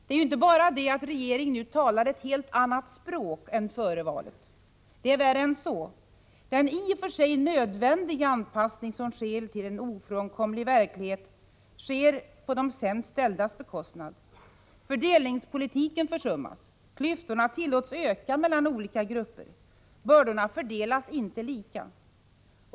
Det är ju inte bara det att regeringen nu talar ett helt annat språk än före valet. Det är värre än så. Den i och för sig nödvändiga anpassning som sker till en ofrånkomlig verklighet sker på de sämst ställdas bekostnad. Fördelningspolitiken försummas. Klyftorna tillåts öka mellan olika grupper. Bördorna fördelas inte lika.